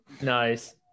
Nice